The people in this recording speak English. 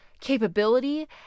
capability